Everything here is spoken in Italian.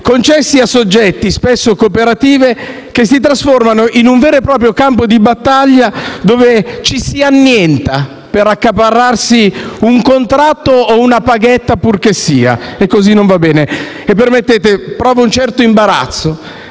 concessi a soggetti - spesso cooperative - che si trasformano in un vero e proprio campo di battaglia, dove ci si annienta per accaparrarsi un contratto o una paghetta purché sia. E così non va bene. Se permettete, provo un certo imbarazzo